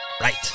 right